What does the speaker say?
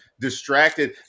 distracted